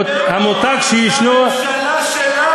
לא, חברת הכנסת ברקו, זה הממשלה שלך.